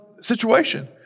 situation